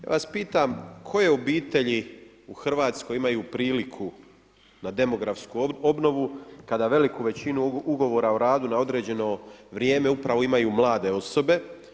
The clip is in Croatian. Ja vas pitam koje obitelji u Hrvatskoj imaju priliku na demografsku obnovu kada veliku većinu ugovora o radu na određeno vrijeme upravo imaju mlade osobe.